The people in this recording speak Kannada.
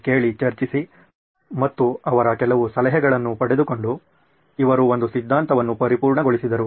ಎಂದು ಕೇಳಿ ಚರ್ಚಿಸಿ ಮತ್ತು ಅವರ ಕೆಲವು ಸಲಹೆಗಳನ್ನು ಪಡೆದುಕೊಂಡು ಇವರು ಒಂದು ಸಿದ್ಧಾಂತವನ್ನು ಪರಿಪೂರ್ಣಗೊಳಿಸಿದರು